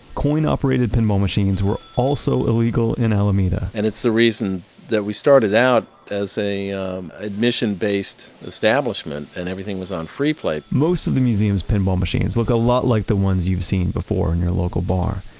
coin-operated pinball machines were also illegal in alameda and it's the reason that we started out as an um admission-based establishment and everything was on free play most of the museum's pinball machines look a lot like the ones you've seen before in your local bar,